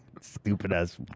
stupid-ass